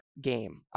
game